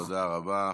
תודה רבה.